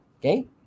Okay